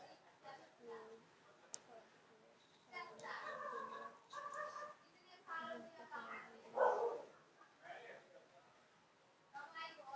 hedge fund के फायदे तो दीपक ने ही लिए है